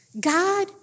God